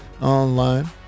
online